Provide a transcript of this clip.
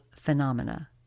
phenomena